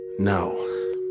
No